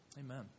Amen